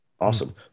Awesome